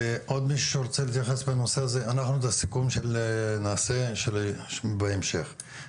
אנחנו סיכום נעשה בהמשך.